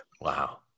Wow